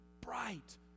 bright